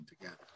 together